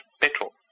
petrol